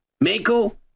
Mako